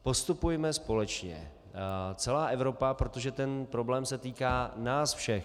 Postupujme společně jako celá Evropa, protože tento problém se týká nás všech.